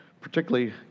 Particularly